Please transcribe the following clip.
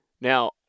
now